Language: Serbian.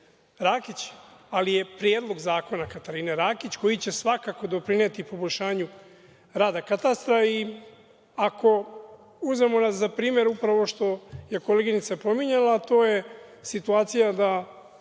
ali je predlog zakona Katarine Rakić, koji će svakako doprineti poboljšanju rada katastra. Ako uzmemo za primer upravo ovo što je koleginica pominjala, a to je situacija da